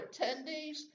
attendees